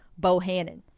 Bohannon